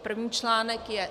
První článek je